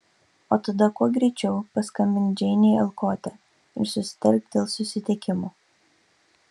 o tada kuo greičiau paskambink džeinei alkote ir susitark dėl susitikimo